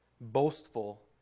boastful